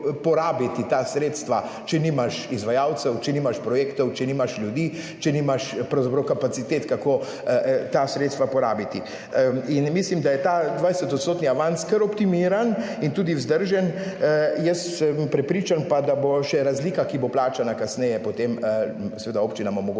ta sredstva, če nimaš izvajalcev, če nimaš projektov, če nimaš ljudi, če nimaš pravzaprav kapacitet, kako ta sredstva porabiti. In mislim, da je ta 20 % avans kar optimiran in tudi vzdržen. Jaz sem prepričan pa, da bo še razlika, ki bo plačana kasneje, potem seveda občinam omogočila,